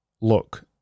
look